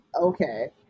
okay